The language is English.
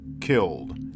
killed